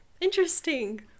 interesting